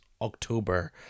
October